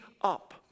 up